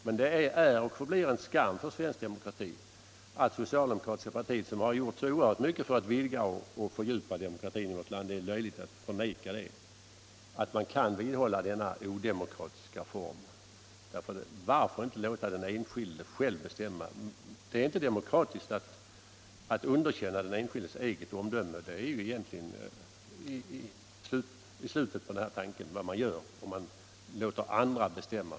Men det är och förblir en skam för svensk demokrati att det socialdemokratiska partiet som har gjort så oerhört mycket för att vidga och fördjupa demokratin — det vore löjligt att förneka det — kan vidhålla denna odemokratiska form. Varför inte låta den enskilde själv bestämma? Det är inte demokratiskt att underkänna den enskildes eget omdöme. Men det är vad man gör när man tillåter kollektivanslutning.